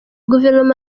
guverinoma